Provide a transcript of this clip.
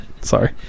Sorry